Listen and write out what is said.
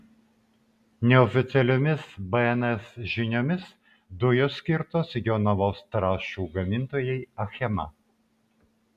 neoficialiomis bns žiniomis dujos skirtos jonavos trąšų gamintojai achema